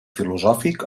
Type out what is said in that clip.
filosòfic